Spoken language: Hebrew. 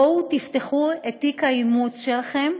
בואו תפתחו את תיק האימוץ שלכם,